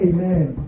Amen